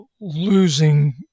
losing